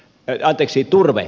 anteeksi turve